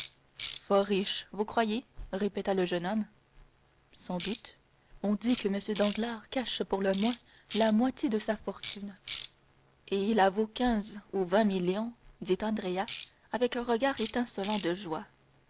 fort riche vous croyez répéta le jeune homme sans doute on dit que m danglars cache pour le moins la moitié de sa fortune et il avoue quinze ou vingt millions dit andrea avec un regard étincelant de joie